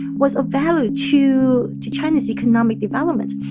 was a value to to china's economic development.